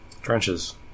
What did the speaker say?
trenches